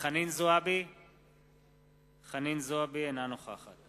דני דנון, אינו נוכח ניצן הורוביץ,